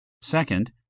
Second